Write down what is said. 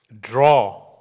draw